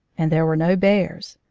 and there were no bears.